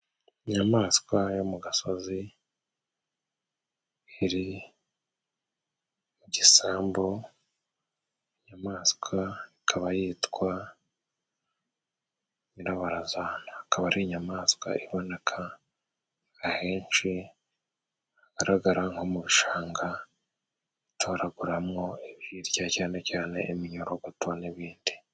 Inyamaswa yo mu gasozi iri mu gisambu, inyamaswa ikaba yitwa nyirabarazana ikaba ari inyamaswa iboneka ahenshi hagaragara nko mu bishanga itoraguramwo ibyo iriya cyane cyane iminyorogoto n'ibindi.